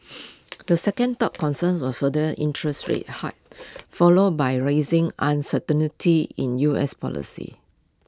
the second top concerns were further interest rate hikes followed by rising in U S policy